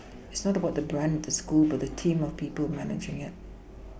it's not about the brand of the school but the team of people managing it